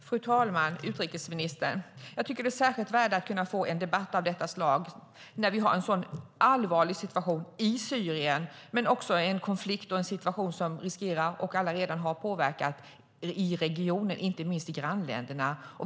Fru talman! Utrikesministern! Jag tycker att det är av särskilt värde att kunna få en debatt av detta slag när vi har en sådan allvarlig situation i Syrien, men också en konflikt och en situation som allaredan har påverkat regionen, inte minst grannländerna.